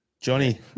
Johnny